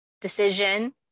decision